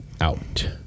Out